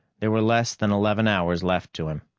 there were less than eleven hours left to him.